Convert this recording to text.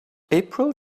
april